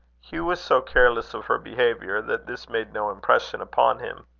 hugh was so careless of her behaviour, that this made no impression upon him.